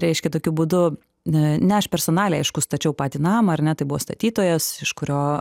reiškia tokiu būdu ne aš personaliai aiškūs tačiau patį namą ar ne tai buvo statytojas iš kurio